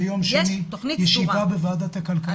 יש ביום שני ישיבה בוועדת הכלכלה.